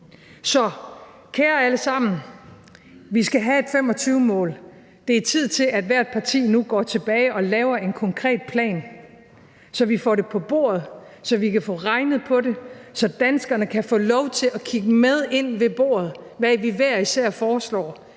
Så kære alle sammen! Vi skal have et 2025-mål. Det er tid til, at hvert parti nu går tilbage og laver en konkret plan, så vi får det på bordet, så vi kan få regnet på det, så danskerne kan få lov til at kigge med inde ved bordet, hvad vi hver især foreslår